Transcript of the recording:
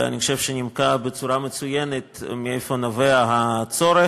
ואני חושב שהיא נימקה בצורה מצוינת ממה נובע הצורך,